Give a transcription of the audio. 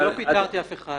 אני לא פיטרתי אף אחד.